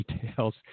details